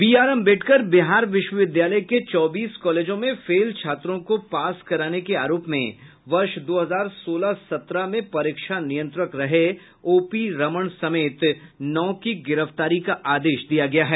B R Ambedkar Bihar विश्वविद्यालय के चौबीस कॉलेजों में फेल छात्रों को पास कराने के आरोप में वर्ष दो हजार सोलह सत्रह में परीक्षा नियंत्रक रहे ओ पी रमण समेत नौ की गिरफ्तारी का आदेश दिया गया है